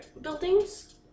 Buildings